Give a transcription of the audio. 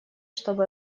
чтобы